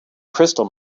crystal